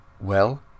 Well